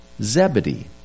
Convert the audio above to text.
Zebedee